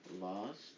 lost